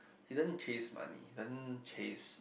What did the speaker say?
he didn't chase money doesn't chase